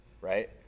Right